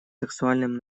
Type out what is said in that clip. сексуальным